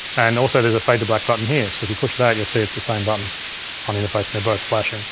and also, there's a fade to black button here, so if you push that you'll see it's the same button on the interface and they're both flashing